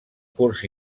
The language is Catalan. curs